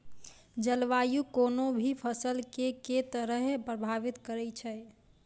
जलवायु कोनो भी फसल केँ के तरहे प्रभावित करै छै?